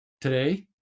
today